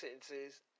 sentences